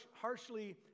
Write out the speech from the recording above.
harshly